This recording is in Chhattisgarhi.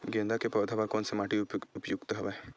गेंदा के पौधा बर कोन से माटी उपयुक्त हवय?